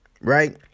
right